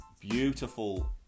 beautiful